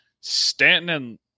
Stanton